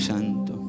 Santo